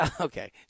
Okay